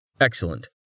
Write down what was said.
Excellent